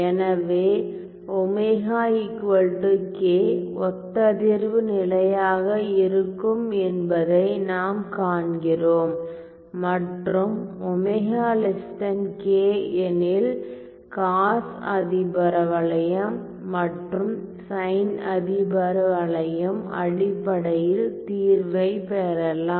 எனவே ω k ஒத்ததிர்வு நிலையாக இருக்கும் என்பதை நாம் காண்கிறோம் மற்றும் ω k எனில் காஸ் அதிபரவளையம் மற்றும் சைன் அதிபரவளையம் அடிப்படையில் தீர்வைப் பெறலாம்